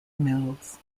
mills